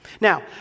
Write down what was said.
Now